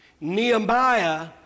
Nehemiah